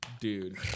dude